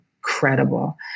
Incredible